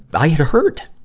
but i had hurt,